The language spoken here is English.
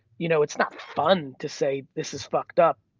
you know it's not fun to say, this is fucked up